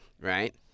right